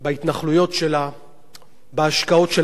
בהשקעות שלה בשטחים, גורמת לכך